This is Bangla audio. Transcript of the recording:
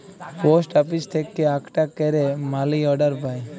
পোস্ট আপিস থেক্যে আকটা ক্যারে মালি অর্ডার পায়